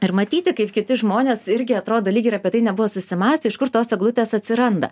ir matyti kaip kiti žmonės irgi atrodo lyg ir apie tai nebuvo susimąstę iš kur tos eglutės atsiranda